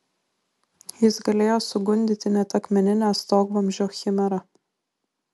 jis galėjo sugundyti net akmeninę stogvamzdžio chimerą